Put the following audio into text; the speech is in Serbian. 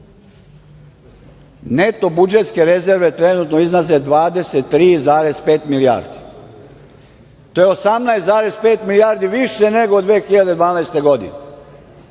Neto budžetske rezerve trenutno iznose 23,5 milijardi. To je 18,5 milijardi više nego 2012. godine.